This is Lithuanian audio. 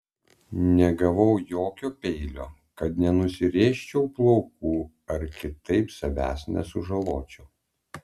negavau jokio peilio kad nenusirėžčiau plaukų ar kitaip savęs nesužaločiau